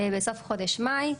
בסוף חודש מאי.